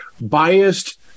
biased